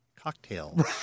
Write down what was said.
cocktail